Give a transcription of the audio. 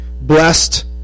Blessed